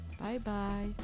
Bye-bye